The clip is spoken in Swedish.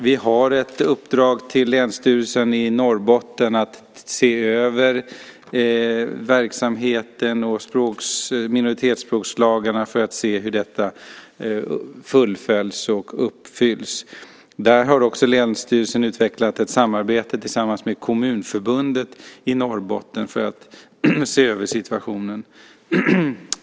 Vi har ett uppdrag till Länsstyrelsen i Norrbotten att se över verksamheten och minoritetsspråkslagarna för att se hur detta fullföljs och uppfylls. Där har också länsstyrelsen utvecklat ett samarbete tillsammans med Kommunförbundet i Norrbotten för att se över situationen.